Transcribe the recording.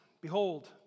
Behold